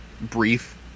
brief